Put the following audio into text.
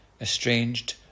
estranged